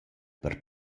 per